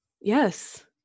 yes